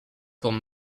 forme